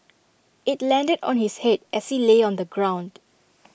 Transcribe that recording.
IT landed on his Head as he lay on the ground